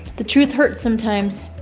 the truth hurts sometimes.